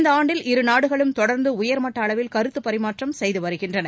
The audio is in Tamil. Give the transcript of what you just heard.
இந்த ஆண்டில் இரு நாடுகளும் தொடர்ந்து உயர் மட்ட அளவில் கருத்து பரிமாற்றம் செய்து வருகின்றன